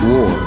War